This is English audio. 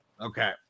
Okay